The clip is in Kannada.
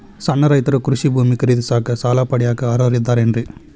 ಸಣ್ಣ ರೈತರು ಕೃಷಿ ಭೂಮಿ ಖರೇದಿಸಾಕ, ಸಾಲ ಪಡಿಯಾಕ ಅರ್ಹರಿದ್ದಾರೇನ್ರಿ?